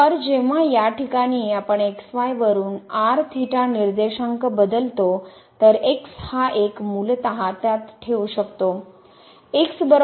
तर जेव्हा या ठिकाणी आपण x y वरून निर्देशांक बदलतो तर x हा एक मूलतः त्यात ठेवू शकतो